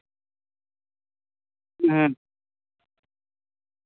ᱦᱮᱸ